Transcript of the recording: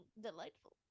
Delightful